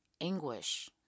anguish